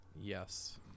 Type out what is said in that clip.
Yes